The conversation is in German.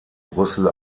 brüssel